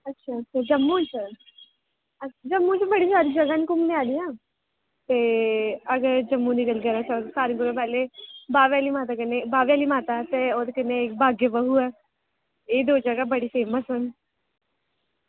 अच्छा जम्मू च जम्मू च बड़ी सारी जगह् न घूमने आह्लियां ते अगर जम्मू दी गल्ल करां ते सारें कोला पैह्ले बावे आह्ली माता कन्नै बावे आह्ली माता ते ओह्दे कन्नै बाग ए बहू ऐ एह् दो जगह् बड़ी फेमस न